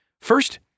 First